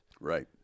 Right